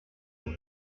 than